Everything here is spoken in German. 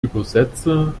übersetzer